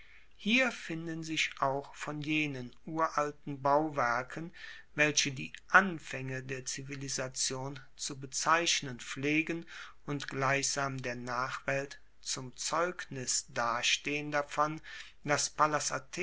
hier finden sich auch von jenen uralten bauwerken welche die anfaenge der zivilisation zu bezeichnen pflegen und gleichsam der nachwelt zum zeugnis dastehen davon dass pallas